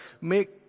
Make